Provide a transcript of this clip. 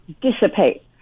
dissipate